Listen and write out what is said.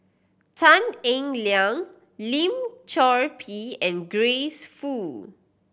Tan Eng Liang Lim Chor Pee and Grace Fu